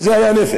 זה היה נפל.